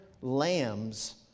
lambs